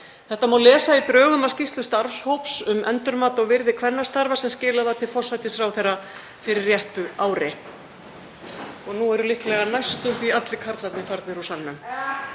Þetta má lesa í drögum að skýrslu starfshóps um endurmat á virði kvennastarfa sem skilað var til forsætisráðherra fyrir réttu ári. — Og nú eru næstum því allir karlarnir farnir úr salnum.